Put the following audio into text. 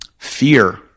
Fear